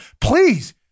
please